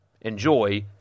Enjoy